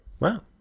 Wow